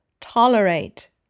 Tolerate